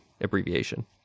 abbreviation